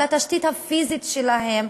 על התשתית הפיזית שלהם,